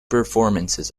performances